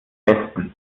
besten